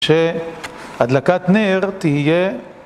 שהדלקת נר תהיה